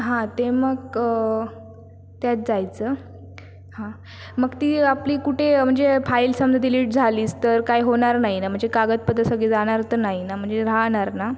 हां ते मग त्यात जायचं हां मग ती आपली कुठे म्हणजे फाइल समजा डिलीट झालीच तर काही होणार नाही ना म्हणजे कागदपत्रं सगळे जाणार तर नाही ना म्हणजे राहणार ना